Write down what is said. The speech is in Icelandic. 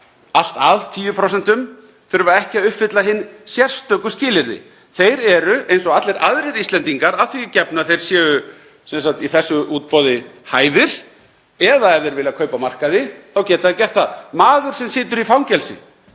allt að 10% þurfa ekki að uppfylla hin sérstöku skilyrði. Þeir eru eins og allir aðrir Íslendingar, að því gefnu að þeir séu hæfir í þessu útboði eða ef þeir vilja kaupa á markaði þá geta þeir það. Maður sem situr í fangelsi